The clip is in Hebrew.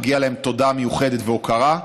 מגיעה להם תודה מיוחדת והוקרה,